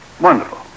Wonderful